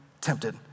tempted